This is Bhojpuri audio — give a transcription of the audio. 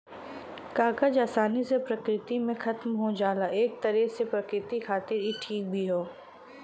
कागज आसानी से प्रकृति में खतम हो जाला एक तरे से प्रकृति खातिर इ ठीक भी हौ